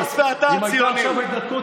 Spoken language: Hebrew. אני הרי רציתי להתגייס לצבא.